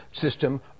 system